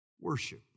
worship